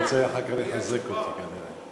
הוא רוצה אחר כך לחזק אותי כנראה.